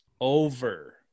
over